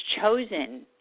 chosen